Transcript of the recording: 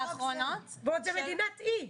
ועוד זה מדינת אי,